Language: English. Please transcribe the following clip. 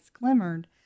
glimmered